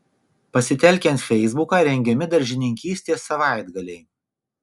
pasitelkiant feisbuką rengiami daržininkystės savaitgaliai